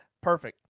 perfect